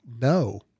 No